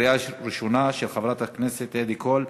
של חברת הכנסת עדי קול,